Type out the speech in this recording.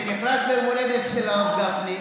שנכנס ליום הולדת של הרב גפני,